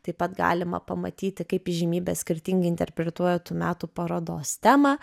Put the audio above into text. taip pat galima pamatyti kaip įžymybės skirtingai interpretuoja tų metų parodos temą